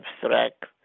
abstract